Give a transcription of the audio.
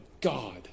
God